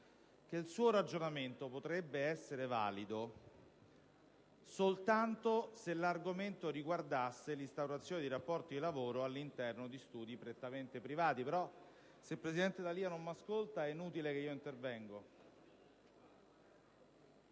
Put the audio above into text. che il suo ragionamento potrebbe essere valido soltanto se l'argomento riguardasse l'instaurazione di rapporti di lavoro all'interno di studi prettamente privati. *(Il senatore D'Alia è al telefono)*. Però se il presidente D'Alia non mi ascolta è inutile che io intervenga.